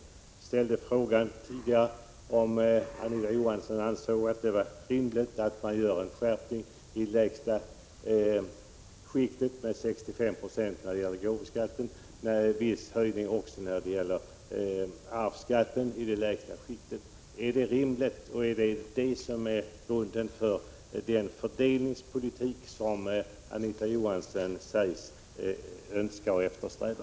Jag ställde frågan, om Anita Johansson ansåg att det var rimligt att göra en skärpning i lägsta skiktet med 65 26 när det gäller gåvoskatten och också en viss höjning av arvsskatten i det lägsta skiktet. Är det rimligt, och är det grunden för den fördelningspolitik som Anita Johansson säger sig önska och eftersträva?